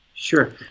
Sure